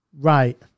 Right